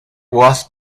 was